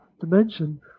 dimension